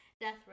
Death